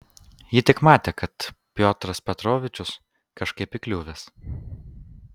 ji tik matė kad piotras petrovičius kažkaip įkliuvęs